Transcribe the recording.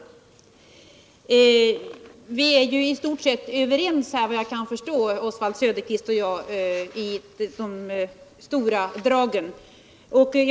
Såvitt jag kan förstå är Oswald Söderqvist och jag i stort sett överens när det gäller de stora dragen i denna fråga.